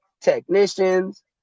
technicians